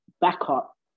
backup